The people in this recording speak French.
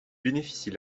bénéficie